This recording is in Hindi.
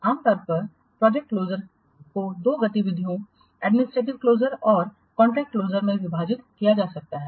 आम तौर पर प्रोजेक्ट क्लोजर को दो प्रकार की गतिविधियों एडमिनिस्ट्रेटिव क्लोजर और कॉन्ट्रैक्ट क्लोजर में विभाजित किया जा सकता है